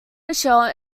michele